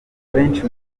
benshi